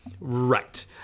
Right